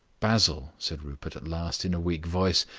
basil, said rupert at last, in a weak voice,